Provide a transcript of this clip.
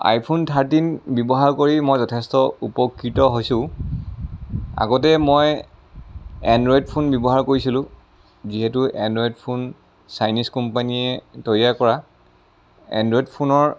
iPhone thirteen ব্যৱহাৰ কৰি মই যথেষ্ট উপকৃত হৈছোঁ আগতে মই এনড্ৰইদ ফোন ব্যৱহাৰ কৰিছিলোঁ যিহেতু এনড্ৰইদ ফোন চাইনিজ কোম্পানীয়ে তৈয়াৰ কৰা এনড্ৰইদ ফোনৰ